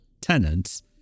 tenants